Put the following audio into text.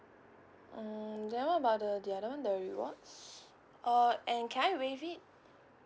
mm then what about the the other one the rewards or and can I waive it